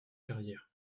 carrière